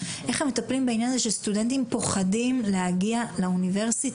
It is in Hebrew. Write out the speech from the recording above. איך הם מטפלים בעניין הזה שסטודנטים פוחדים להגיע לאוניברסיטה,